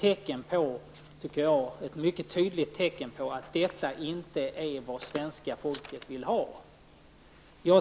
Det är, tycker jag, ett mycket tydligt tecken på att detta inte är vad svenska folket vill ha.